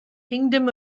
kingdom